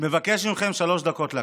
מבקש מכם להקשיב לי שלוש דקות.